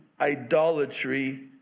idolatry